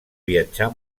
viatjar